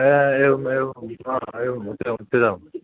हा एवम् एवं हा एवम् उत्तरम् उच्यताम्